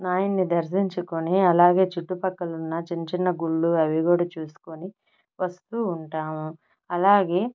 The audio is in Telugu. నాయన్ని దర్శించుకొని అలాగే చుట్టుపక్కలున్న చిన్నచిన్న గుళ్ళు అవి కూడా చూసుకొని వస్తూ ఉంటాము అలాగే